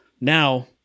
now